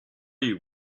you